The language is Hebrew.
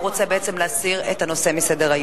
בעצם הוא רוצה להסיר את הנושא מסדר-היום.